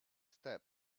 step